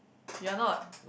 you are not